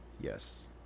Yes